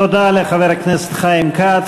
תודה לחבר הכנסת חיים כץ,